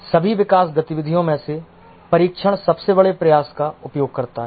सभी विकास गतिविधियों में से परीक्षण सबसे बड़े प्रयास का उपभोग करता है